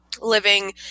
living